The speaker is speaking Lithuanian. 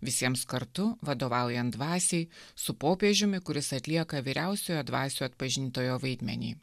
visiems kartu vadovaujant dvasiai su popiežiumi kuris atlieka vyriausiojo dvasių atpažintojo vaidmenį